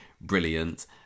brilliant